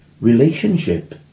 relationship